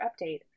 update